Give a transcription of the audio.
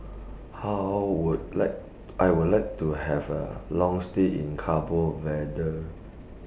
How Would like I Would like to Have A Long stay in Cabo Verde